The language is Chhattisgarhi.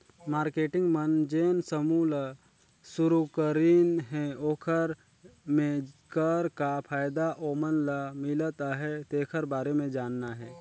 मारकेटिंग मन जेन समूह ल सुरूकरीन हे ओखर मे कर का फायदा ओमन ल मिलत अहे तेखर बारे मे जानना हे